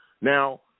Now